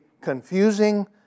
confusing